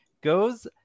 goes